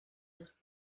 was